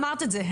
אמרת את זה.